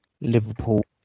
Liverpool